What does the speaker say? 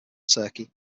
turkey